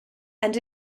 and